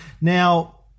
Now